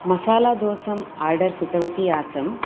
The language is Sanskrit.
मसालादोसम् आर्डर् कृतवती आसम्